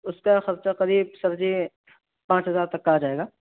اس کا خرچہ قریب سر جی پانچ ہزار تک کا آ جائے گا